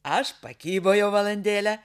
aš pakibojau valandėlę